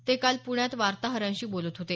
ते काल प्ण्यात वार्ताहरांशी बोलत होते